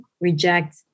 reject